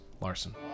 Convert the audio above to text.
Larson